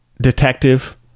detective